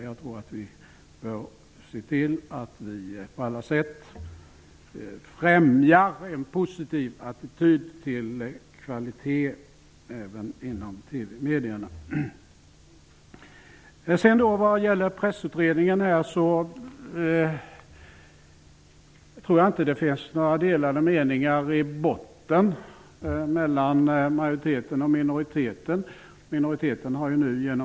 Jag tror att vi bör se till att vi på alla sätt främjar en positiv attityd till kvalitet även inom TV-medierna. Jag tror inte att det i grunden råder delade meningar mellan majoriteten och minoriteten vad gäller Pressutredningen.